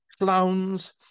clowns